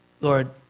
Lord